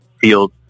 field